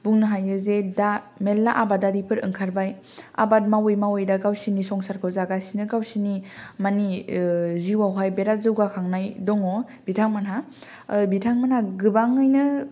बुंनो हायो जे दा मेरला आबादारिफोर ओंखारबाय आबाद मावयै मावयै दा गावसिनि संसारखौ जागासिनो गावसिनि मानि जिउआव हाय बिराद जौगाखांनाय दङ बिथांमोनहा बिथांमोनहा गोबाङैनो